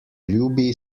ljubi